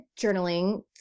journaling